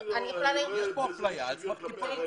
אני רואה בזה אי שוויון כלפי החיילים.